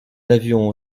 n’avions